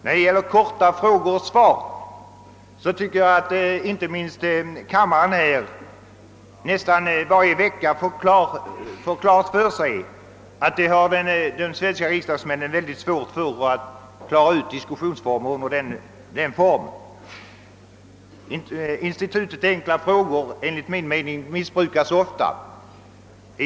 Vad beträffar korta frågor och svar tycker jag att inte minst denna kammare varje vecka får klart för sig att detta är en diskussionsform som de svenska riksdagsmännen har mycket svårt att tillämpa. Frågeinstitutet missbrukas enligt min mening ofta.